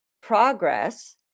progress